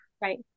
Right